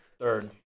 third